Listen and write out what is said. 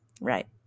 Right